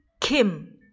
Kim